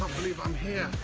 believe i'm here.